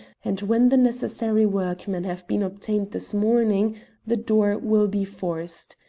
and when the necessary workmen have been obtained this morning the door will be forced.